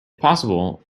possible